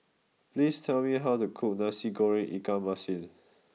please tell me how to cook Nasi Goreng Ikan Masin